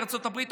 ארצות הברית,